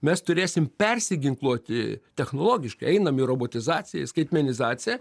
mes turėsim persiginkluoti technologiškai einam į robotizaciją į skaitmenizaciją